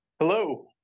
Hello